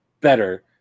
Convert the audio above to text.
better